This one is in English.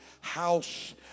house